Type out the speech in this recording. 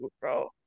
bro